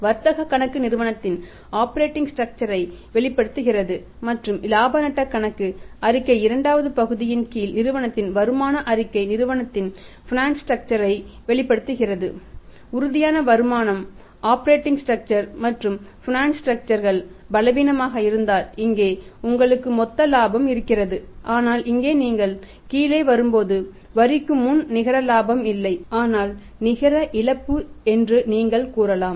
வர்த்தக கணக்கு நிறுவனத்தின் ஆப்பரேட்டிங் ஸ்ட்ரக்சர் கள் பலவீனமாக இருந்தால் இங்கே உங்களுக்கு மொத்த லாபம் இருக்கிறது ஆனால் இங்கே நீங்கள் கீழே வரும்போது வரிக்கு முன் நிகர லாபம் இல்லை ஆனால் நிகர இழப்பு நீங்கள் கூறலாம்